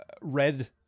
red